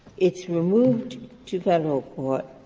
it's removed to federal court.